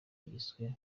yiswe